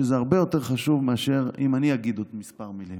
שזה הרבה יותר חשוב מאשר אם אני אגיד כמה מילים.